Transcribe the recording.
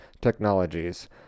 Technologies